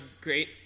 great